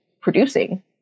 producing